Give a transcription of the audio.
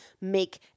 make